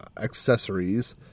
accessories